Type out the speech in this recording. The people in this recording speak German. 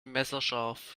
messerscharf